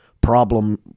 problem